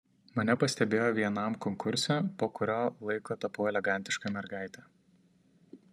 mane pastebėjo vienam konkurse po kurio laiko tapau elegantiška mergaite